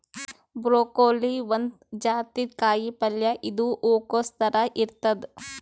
broccoli ಒಂದ್ ಜಾತಿದ್ ಕಾಯಿಪಲ್ಯ ಇದು ಹೂಕೊಸ್ ಥರ ಇರ್ತದ್